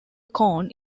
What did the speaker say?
cone